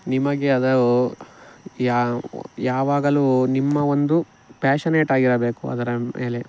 ನಿಮಗೆ ಅದು ಯಾವಾಗಲೂ ನಿಮ್ಮ ಒಂದು ಪ್ಯಾಷನೇಟ್ ಆಗಿರಬೇಕು ಅದರ ಮೇಲೆ